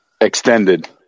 Extended